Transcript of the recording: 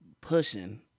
pushing